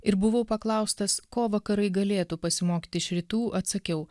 ir buvau paklaustas ko vakarai galėtų pasimokyti iš rytų atsakiau